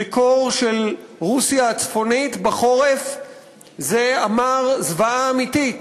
בקור של רוסיה הצפונית בחורף זה אומר זוועה אמיתית.